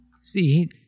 see